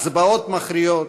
הצבעות מכריעות,